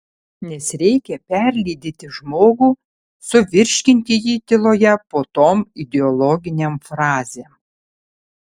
nes reikia perlydyti žmogų suvirškinti jį tyloje po tom ideologinėm frazėm